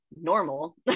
normal